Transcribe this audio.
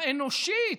האנושית,